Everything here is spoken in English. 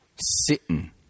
sitting